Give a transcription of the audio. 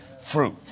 fruit